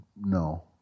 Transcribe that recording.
no